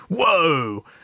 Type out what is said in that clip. whoa